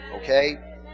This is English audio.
Okay